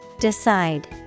Decide